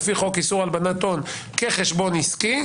לפי חוק איסור הלבנת הון כחשבון עסקי,